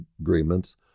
agreements